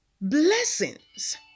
blessings